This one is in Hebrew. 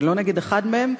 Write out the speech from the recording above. ולא נגד אחד מהם?